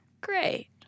Great